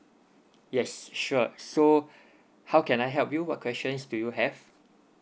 yes sure so how can I help you what questions do you have